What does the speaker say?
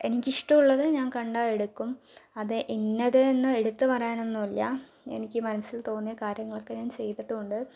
എനിക്ക് ഇഷ്ടമുള്ളത് ഞാൻ കണ്ടാൽ എടുക്കും അത് ഇന്നത് എന്ന് എടുത്ത് പറയാൻ ഒന്നുമില്ല എനിക്ക് മനസ്സിൽ തോന്നിയ കാര്യങ്ങളൊക്കെ ഞാൻ ചെയ്തിട്ടും ഉണ്ട്